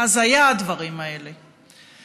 הזיה הדברים האלה.